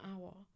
hour